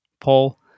Paul